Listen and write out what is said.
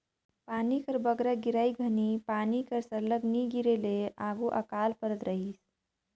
पानी कर बगरा गिरई घनी पानी कर सरलग नी गिरे ले आघु अकाल परत रहिस